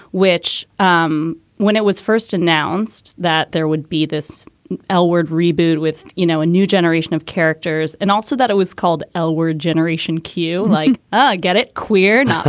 which um when it was first announced that there would be this alward reboot with, you know, a new generation of characters and also that it was called alward generation. q like ah get it queered.